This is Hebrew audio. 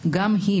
גם היא,